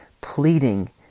pleading